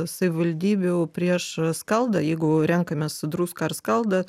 savivaldybių prieš skaldą jeigu renkamės druską ar skaldą